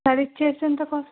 పది ఇస్తే ఎంత కాస్ట్